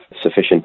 sufficient